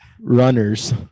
runners